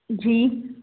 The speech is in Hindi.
जी